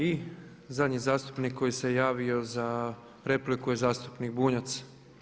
I zadnji zastupnik koji se javio za repliku je zastupnik Bunjac.